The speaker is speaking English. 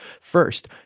First